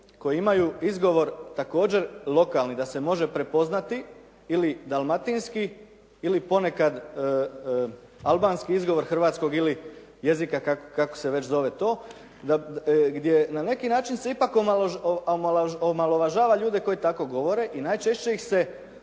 koji imaju izgovor također lokalni da se može prepoznati, ili dalmatinski ili ponekad albanski izgovor hrvatskog ili jezika, kako se već zove to gdje na neki način se ipak omalovažava ljude koji tako govore i najčešće ih se